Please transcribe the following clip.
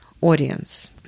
audience